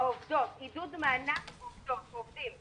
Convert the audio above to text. עידוד מענק לעובדים.